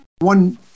One